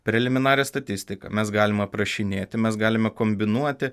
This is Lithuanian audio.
preliminarią statistiką mes galim aprašinėti mes galime kombinuoti